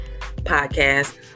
podcast